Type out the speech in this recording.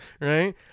Right